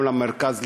גם למרכז,